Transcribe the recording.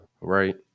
right